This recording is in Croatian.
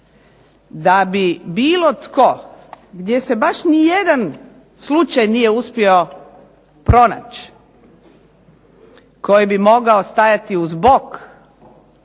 da bi bilo tko gdje se baš ni jedan slučaj nije uspio pronaći koji bi mogao stajati uz bok